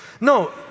No